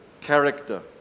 character